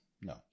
No